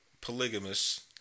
polygamous